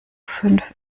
fünf